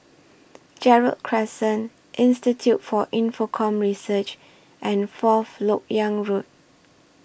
Gerald Crescent Institute For Infocomm Research and Fourth Lok Yang Road